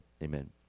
Amen